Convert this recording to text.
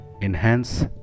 enhance